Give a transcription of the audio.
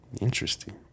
Interesting